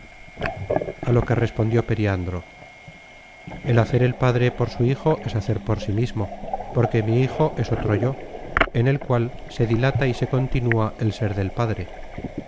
a lo que respondió periandro el hacer el padre por su hijo es hacer por sí mismo porque mi hijo es otro yo en el cual se dilata y se continúa el sér del padre